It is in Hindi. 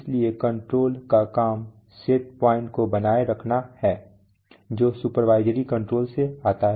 इसलिए कंट्रोलर का काम सेट पॉइंट को बनाए रखना है जो सुपरवाइजरी कंट्रोल से आता है